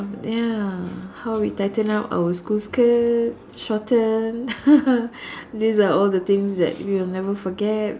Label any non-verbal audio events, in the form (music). ya how we tightened up our school skirt shorten (laughs) these are all the things that we will never forget